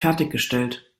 fertiggestellt